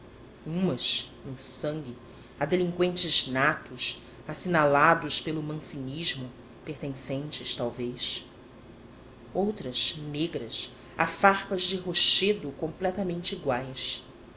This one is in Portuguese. em sangue a delinqüentes natos assinalados pelo mancinismo pertencentes talvez outras negras a farpas de rochedo completamente iguais